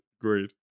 Agreed